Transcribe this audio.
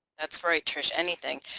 that's right trish anything.